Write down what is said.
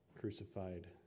Crucified